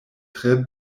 tre